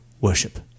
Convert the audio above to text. worship